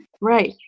Right